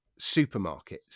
supermarkets